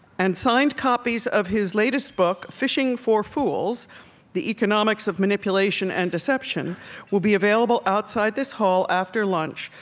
and signed copies of his latest book, phishing for phools the economics of manipulation and deception will be available outside this hall after lunch,